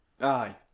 Aye